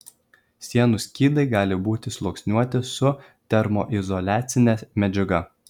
sienų skydai gali būti sluoksniuoti su termoizoliacine medžiaga